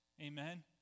Amen